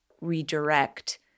redirect